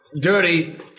dirty